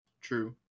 True